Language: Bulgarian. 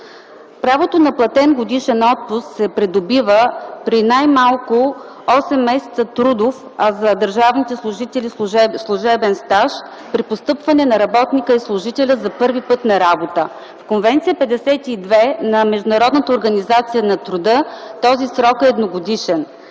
Правото на платен годишен отпуск се придобива при най-малко 8 месеца трудов, а за държавните служители – служебен стаж, при постъпване на работника и служителя за първи път на работа. В Конвенция 52 на Международната организация на труда този срок е едногодишен.